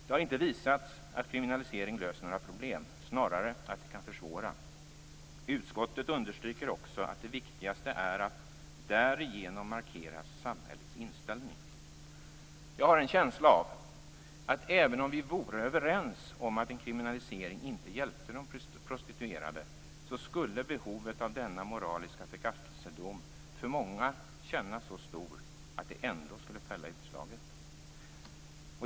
Det har inte visats att kriminalisering löser några problem - snarare att en sådan kan försvåra. Utskottet understryker också att det viktigaste är att "därigenom markeras samhällets inställning". Jag har en känsla av att även om vi vore överens om att en kriminalisering inte hjälpte de prostituerade, skulle behovet av denna moraliska förkastelsedom för många kännas så stort att det ändå skulle fälla utslaget.